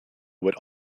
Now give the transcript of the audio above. would